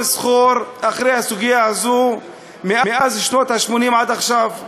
סחור אחרי הסוגיה הזו מאז שנות ה-80 עד עכשיו.